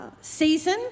season